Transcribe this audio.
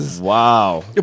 Wow